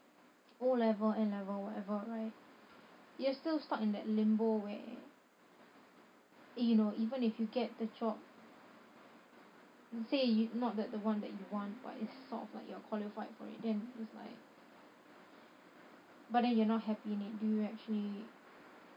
O level N level whatever right you are still stuck in that limbo where eh you know even if you get the job say not not that the one that you want but it's sort of like you are qualified for it then it's like but then you're not happy in it do you actually